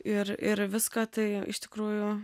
ir ir viską tai iš tikrųjų